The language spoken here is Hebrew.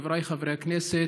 חבריי חברי הכנסת,